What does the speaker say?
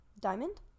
Diamond